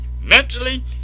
mentally